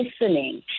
listening